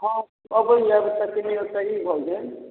हँ अबैए सही भऽ गेल